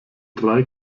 drei